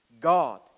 God